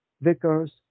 Vickers